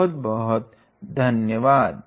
बहुत बहुत धन्यवाद